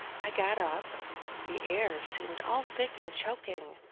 i got up the air seemed all thick and choking.